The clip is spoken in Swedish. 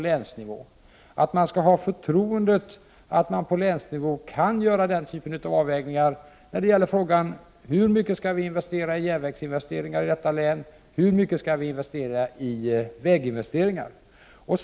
Vi har förtroende för att man på länsnivå kan göra avvägningar mellan hur mycket man skall lägga på järnvägsinvesteringar och hur mycket man skall lägga på väginvesteringar i länet.